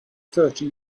thirty